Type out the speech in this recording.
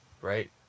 right